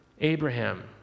Abraham